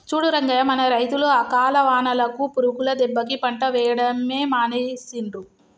చూడు రంగయ్య మన రైతులు అకాల వానలకు పురుగుల దెబ్బకి పంట వేయడమే మానేసిండ్రు